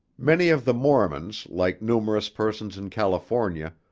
many of the mormons, like numerous persons in california,